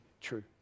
true